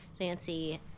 Nancy